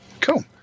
Cool